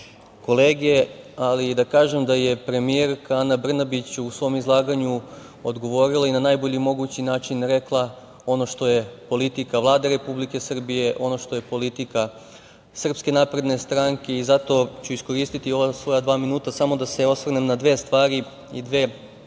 kolege, ali i da kažem da je premijerka Ana Brnabić u svom izlaganju odgovorila i na najbolji mogući način rekla ono što je politika Vlade Republike Srbije, ono što je politika SNS i zato ću iskoristiti ova svoja dva minuta samo da se osvrnem na dve stvari i dve